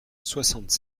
soixante